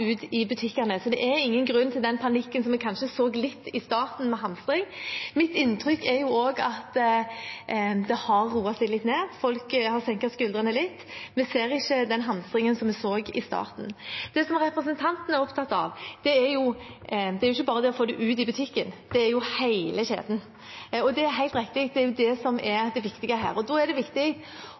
i butikkene, så det er ingen grunn til den panikken som vi kanskje så litt av i starten, med hamstring. Mitt inntrykk er også at det har roet seg litt. Folk har senket skuldrene litt. Vi ser ikke den hamstringen som vi så i starten. Men det representanten er opptatt av, er ikke bare det å få maten ut i butikken; det er hele kjeden. Og det er helt riktig at det er det som er det viktige her. Da er det viktig